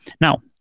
Now